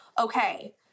okay